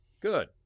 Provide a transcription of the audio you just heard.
good